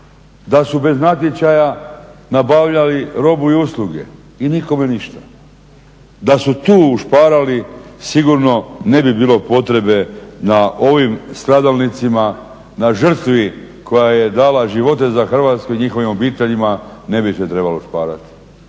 da su bez natječaja nabavljali robu i usluge i nikome ništa, da su tu ušparali sigurno ne bi bilo potrebe na ovim stradalnicima na žrtvi koja je dala živote za Hrvatsku i njihovim obiteljima ne bi se trebalo šparati,